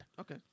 Okay